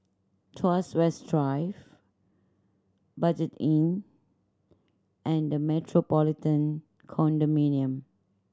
Tuas West Drive Budget Inn and The Metropolitan Condominium